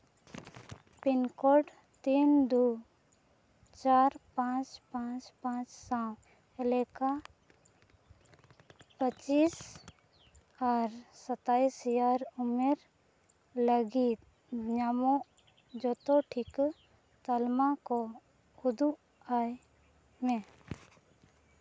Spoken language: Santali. ᱯᱤᱱ ᱠᱳᱰ ᱛᱤᱱ ᱫᱩ ᱪᱟᱨ ᱯᱟᱸᱪ ᱯᱟᱸᱪ ᱯᱟᱸᱪ ᱥᱟᱛ ᱮᱞᱮᱠᱟ ᱯᱚᱸᱪᱤᱥ ᱟᱨ ᱥᱟᱛᱟᱥ ᱮᱭᱟᱨ ᱩᱢᱮᱹᱨ ᱞᱟᱹᱜᱤᱫ ᱧᱟᱢᱚᱜ ᱡᱚᱛᱚ ᱴᱤᱠᱟᱹ ᱛᱟᱞᱢᱟ ᱠᱚ ᱩᱫᱩᱜᱼᱟᱭ ᱢᱮ